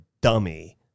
dummy